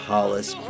Hollis